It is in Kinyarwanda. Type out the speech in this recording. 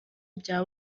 bya